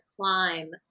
climb